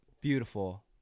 Beautiful